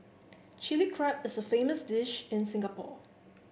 Chilli Crab is a famous dish in Singapore